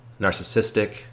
narcissistic